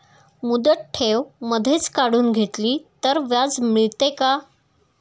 मुदत ठेव मधेच काढून घेतली तर व्याज मिळते का?